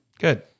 Good